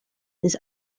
this